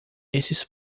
esses